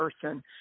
person